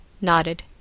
nodded